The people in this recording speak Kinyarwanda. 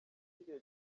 yagize